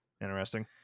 Interesting